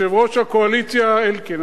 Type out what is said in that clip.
יושב-ראש הקואליציה אלקין,